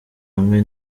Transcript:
hamwe